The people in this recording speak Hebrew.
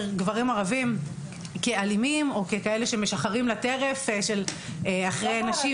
גברים ערבים כאלימים או ככאלה שמשחרים לטרף אחרי נשים